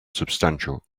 substantial